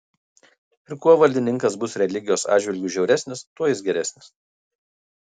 ir kuo valdininkas bus religijos atžvilgiu žiauresnis tuo jis geresnis